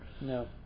No